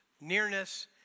nearness